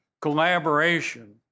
collaboration